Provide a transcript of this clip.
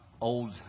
Old